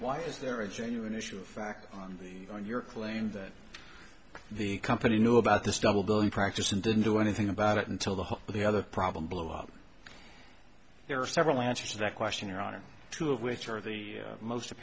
why is there a genuine issue of fact on your claim that the company knew about this double billing practice and didn't do anything about it until the whole the other problem blew up there are several answers to that question your honor two of which are the most